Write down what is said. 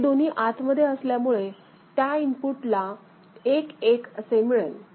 ते दोन्ही आत मध्ये असल्यामुळे त्या इनपुटला 1 1 असे मिळेल